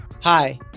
Hi